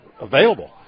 available